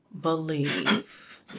believe